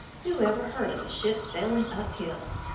who ever heard of a ship sailing uphill?